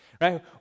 right